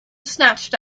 snatched